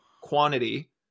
quantity